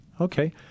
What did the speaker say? Okay